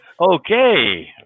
Okay